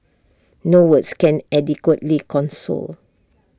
no words can adequately console